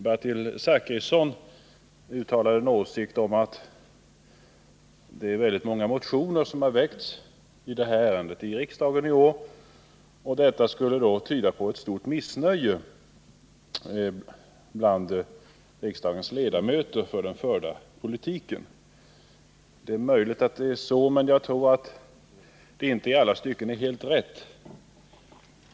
Bertil Zachrisson uttalade en åsikt om att väldigt många motioner har väckts i det här ärendet i riksdagen i år, och det skulle tyda på ett stort missnöje bland riksdagens ledamöter över den förda politiken. Det är möjligt att det är så, men jag tror att det inte i alla stycken är helt rätt.